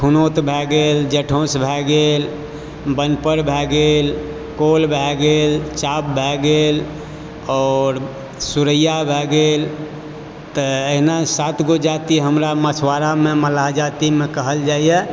खुनौत भए गेल जेठौस भए गेल बान्ह पर भए गेल कल भाई गेल चाप भए गेल आओर सुरैया भए गेल तऽ एहिना सात गो जाति हमरा मछुआरामे मल्लाह जातिमे कहल जाइए